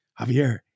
Javier